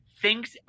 thinks